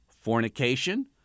fornication